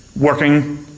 working